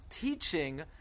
teaching